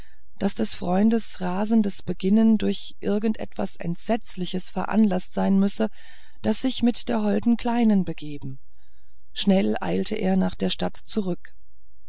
daß des freundes rasendes beginnen durch irgend etwas entsetzliches veranlaßt sein müsse das sich mit der holden kleinen begeben schnell eilte er nach der stadt zurück